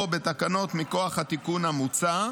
או בתקנות מכוח התיקון המוצע,